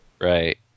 Right